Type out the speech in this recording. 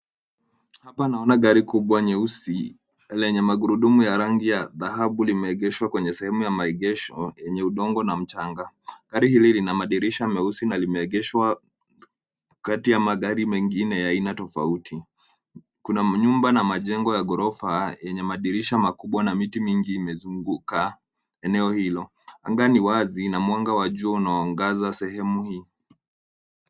Hapa naona gari kubwa nyeusi lenye magurudumu ya rangi ya dhahabu limeegeshwa kwenye sehemu ya maegesho yenye udongo na mchanga. Gari hili lina madirisha meusi na limeegeshwa kati ya magari mengine ya aina tofauti. Kuna nyumba na majengo ya ghorofa yenye madirisha makubwa na miti mingi imezunguka eneo hilo. Anga ni wazi na mwanga wa jua unaangaza sehemu hii.